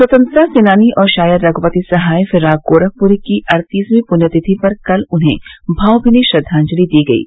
स्वतंत्रता सेनानी और शायर रघुपति सहाय फिराक गोरखपुरी की अड़तीसवीं पृण्यतिथि पर कल उन्हें भावभीनी श्रद्वांजलि दी गयी